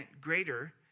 greater